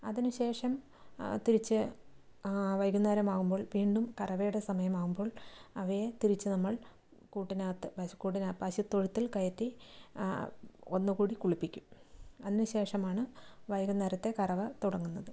അതിന് ശേഷം തിരിച്ച് വൈകുന്നേരം ആകുമ്പോൾ വീണ്ടും കറവയുടെ സമയം ആകുമ്പോൾ അവയെ തിരിച്ച് നമ്മൾ കൂട്ടിനകത്ത് പശുക്കൂടിന് പശുത്തൊഴുത്തിൽ കയറ്റി ഒന്നുകൂടി കുളിപ്പിക്കും അതിന് ശേഷമാണ് വൈകുന്നേരത്തെ കറവ തുടങ്ങുന്നത്